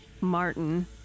Martin